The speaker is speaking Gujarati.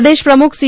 પ્રદેશ પ્રમ્રખ સી